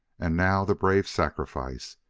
and now the brave sacrifice!